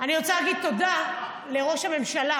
אני רוצה להגיד תודה לראש הממשלה.